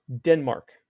Denmark